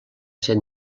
ser